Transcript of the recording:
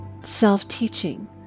self-teaching